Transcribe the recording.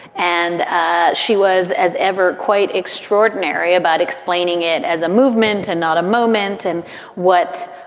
and ah she was, as ever, quite extraordinary about explaining it as a movement and not a moment. and what?